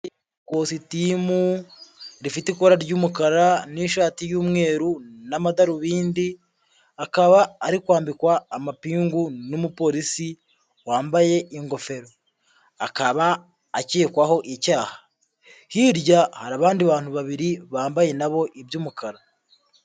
Ikositimu rifite ikora ry'umukara n'ishati y'umweru n'amadarubindi, akaba ari kwambikwa amapingu n'umupolisi wambaye ingofero, akaba akekwaho icyaha, hirya hari abandi bantu babiri bambaye nabo iby'umukara.